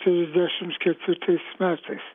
trisdešims ketvirtais metais